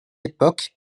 époque